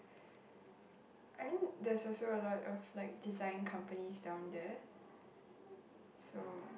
<S?